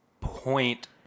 point